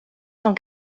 cent